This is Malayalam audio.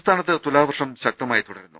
സംസ്ഥാനത്ത് തുലാവർഷം ശക്തമായി തുടരുന്നു